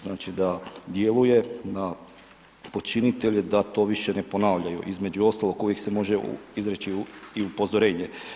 Znači, da djeluje na počinitelje da to više ne ponavljaju, između ostalih kojih se može izreći i upozorenje.